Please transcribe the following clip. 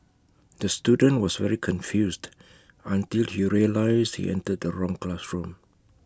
the student was very confused until he realised he entered the wrong classroom